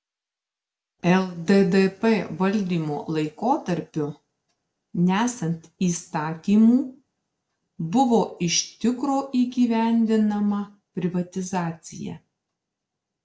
lddp valdymo laikotarpiu nesant įstatymų buvo iš tikro įgyvendinama privatizacija